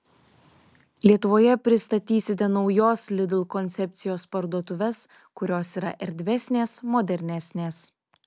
lietuvoje pristatysite naujos lidl koncepcijos parduotuves kurios yra erdvesnės modernesnės